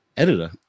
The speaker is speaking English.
editor